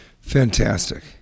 fantastic